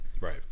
Right